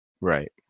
Right